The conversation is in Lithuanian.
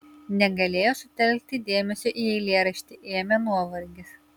negalėjo sutelkti dėmesio į eilėraštį ėmė nuovargis